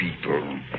people